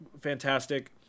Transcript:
fantastic